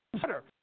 better